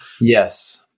Yes